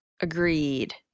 Agreed